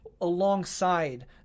alongside